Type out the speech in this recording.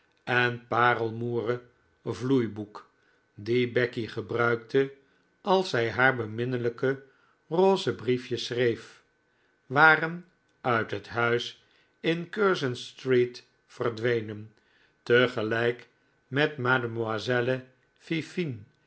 en parelmoeren vloeiboek die becky gebruikte als zij haar beminlijke rose brief jes schreef waren uit het huis in curzon street verdwenen tegelijk met mademoiselle fifine